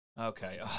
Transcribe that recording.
Okay